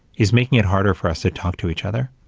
is making it harder for us to talk to each other,